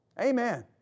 Amen